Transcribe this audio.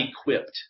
equipped